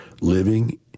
Living